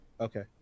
Okay